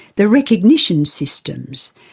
the recognition systems,